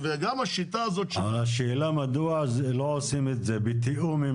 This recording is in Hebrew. אבל השאלה מדוע לא עושים את זה בתיאום עם